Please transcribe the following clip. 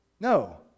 No